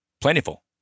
plentiful